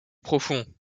profond